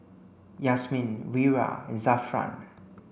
Yasmin Wira and Zafran